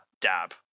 dab